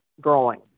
growing